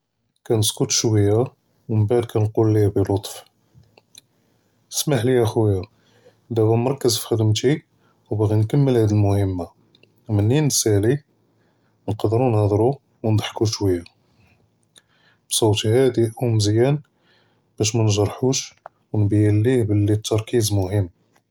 כַּנְסְכּוּת שְוַיָּה מִן בְּעְד כַּנְקוּלִיה בִּלֻטְף אִסְמַחְלִיָּא חוּיַא דָאבָּה מְרַכְּז פִּי חְ'דְמְתִי וּבָאגִי נְכַּמֶּל הָאד אֶלְמֻהִמָּה, מִנִין נְסַאלִי נְקַדְרוּ נְהַדְרוּ וּנְדַחְקוּ שְוַיָּה, בִּצוֹת הָאדֵא וּמְזְיָּאן בַּאש מַנְגְ'רַחֻוּש וּנְבַּיֵּן לִיה בִּלִּי אֶתְּתַרְכִּיז מֻהִם.